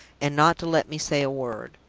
and not to let me say a word.